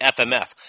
FMF